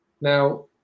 now